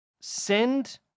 Send